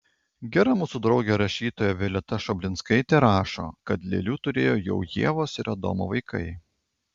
gera mūsų draugė rašytoja violeta šoblinskaitė rašo kad lėlių turėjo jau ievos ir adomo vaikai